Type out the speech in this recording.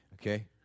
Okay